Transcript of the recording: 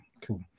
Cool